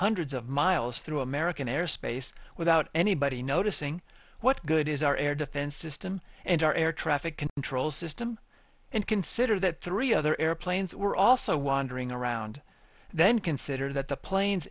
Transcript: hundreds of miles through american airspace without anybody noticing what good is our air defense system and our air traffic control system and consider that three other airplanes were also wandering around then consider that the planes